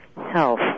health